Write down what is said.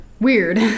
weird